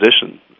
position